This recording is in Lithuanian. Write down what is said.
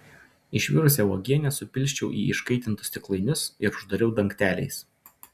išvirusią uogienę supilsčiau į iškaitintus stiklainius ir uždariau dangteliais